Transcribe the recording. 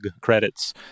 credits